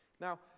Now